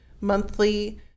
monthly